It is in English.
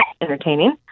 entertaining